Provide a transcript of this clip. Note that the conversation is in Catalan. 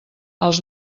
els